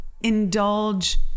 indulge